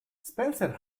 spencer